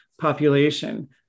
population